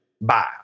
Bye